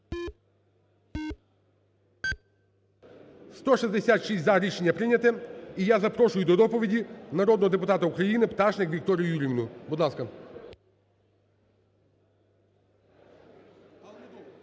За-166 Рішення прийняте. І я запрошую до доповіді народного депутата України Пташник Вікторію Юріївну. Будь ласка.